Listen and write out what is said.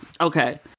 Okay